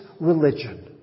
religion